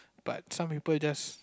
but some people just